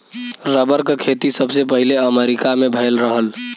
rubber क खेती सबसे पहिले अमरीका में भयल रहल